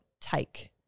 take